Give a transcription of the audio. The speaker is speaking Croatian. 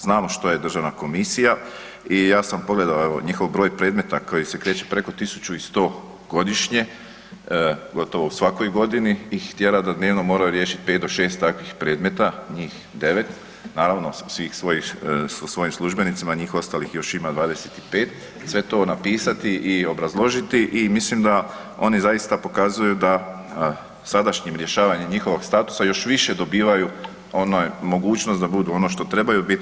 Znamo što je državna komisija i ja sam pogledao evo njihov broj predmeta koji se kreće preko 1100 godišnje, gotovo u svakoj godini ih tjera da dnevno moraju riješiti 5 do 6 takvih predmeta njih 9, naravno sa svih svojih, sa svojim službenicima njih ostalih ima još 25, sve to napisati i obrazložiti i mislim da oni zaista pokazuju da sadašnjim rješavanjem njihovog statusa još više dobivaju onaj mogućnosti da budu ono što trebaju biti.